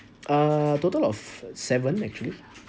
uh total of seven actually